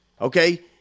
Okay